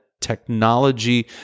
technology